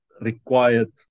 required